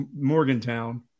Morgantown